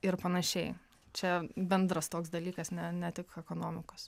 ir panašiai čia bendras toks dalykas ne ne tik ekonomikos